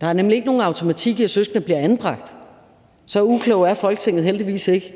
Der er nemlig ikke nogen automatik i, at søskende bliver anbragt. Så uklogt er Folketinget heldigvis ikke.